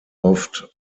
oft